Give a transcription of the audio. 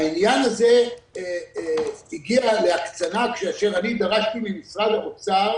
העניין הזה הגיע להקצנה כאשר אני דרשתי ממשרד האוצר